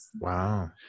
Wow